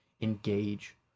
engage